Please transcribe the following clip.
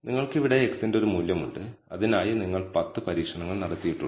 അതിനാൽ ഇതിനെ ഹോമോസെഡാസ്റ്റിസിറ്റി അനുമാനം എന്ന് വിളിക്കുന്നു